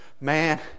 man